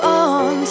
on